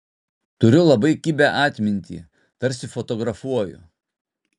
turiu labai kibią atmintį tarsi fotografuoju